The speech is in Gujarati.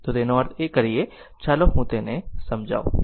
તો તેનો અર્થ કરીએ ચાલો હું તેને સમજાવું